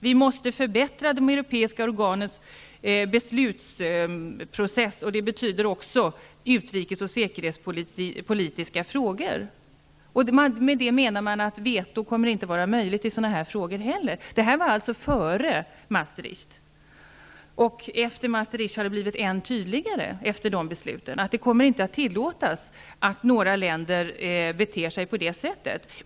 Vi måste förbättra de europeiska organens beslutsprocess, och det betyder också utrikes och säkerhetspolitiska frågor. Med det menar man att veto inte kommer att vara möjligt i sådana frågor heller. Det här var alltså före besluten i Maastricht. Efter dem har det blivit än tydligare. Det kommer inte att tillåtas att några länder beter sig på det sättet.